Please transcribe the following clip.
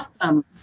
awesome